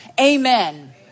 Amen